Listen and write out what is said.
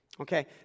Okay